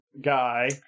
guy